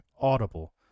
Audible